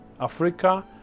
Africa